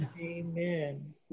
Amen